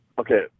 Okay